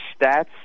stats